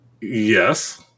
Yes